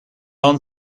own